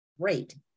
great